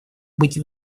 быть